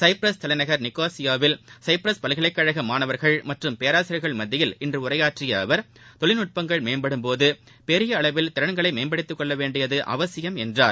Cyprus தலைநகர் நிக்கோசியாவில் Cyprus பல்கலைக்கழக மானவர்கள் மற்றும் பேராசிரியர்கள் மத்தியில் இன்று உரையாற்றிய அவர் தொழில்நட்பங்கள் மேம்படும்போது பெரிய அளவில் திறன்களை மேம்படுத்திக்கொள்ள வேண்டியது அவசியம் என்றார்